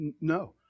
No